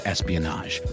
Espionage